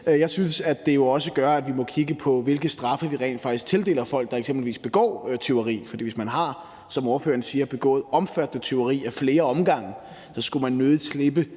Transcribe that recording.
at vi skal kigge på vores lovgivning og på, hvilke straffe vi rent faktisk tildeler folk, der eksempelvis begår tyveri. For hvis man, som ordføreren siger, har begået omfattende tyveri ad flere omgange, så skulle man nødig slippe